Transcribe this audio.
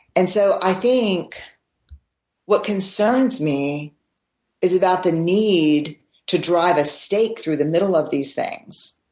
and so i think what concerns me is about the need to drive a stake through the middle of these things.